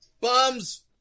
Bums